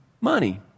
money